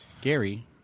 Gary